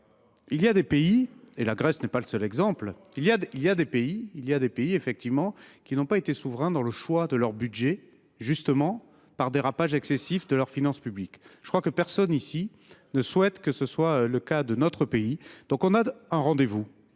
certains pays – la Grèce n’est pas le seul exemple – n’ont pas été souverains dans le choix de leur budget, justement du fait d’un dérapage excessif de leurs finances publiques. Je crois que personne ici ne souhaite que ce soit le cas du nôtre. Nous avons donc un rendez vous